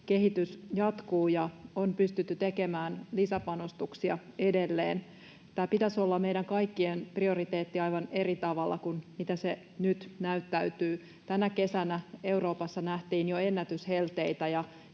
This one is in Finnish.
kehitys jatkuu ja on pystytty tekemään lisäpanostuksia edelleen. Tämän pitäisi olla meidän kaikkien prioriteetti aivan eri tavalla kuin miten se nyt näyttäytyy. Tänä kesänä Euroopassa nähtiin jo ennätyshelteitä,